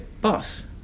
boss